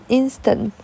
instant 。